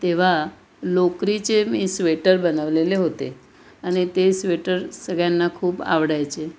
तेव्हा लोकरीचे मी स्वेटर बनवलेले होते आणि ते स्वेटर सगळ्यांना खूप आवडायचे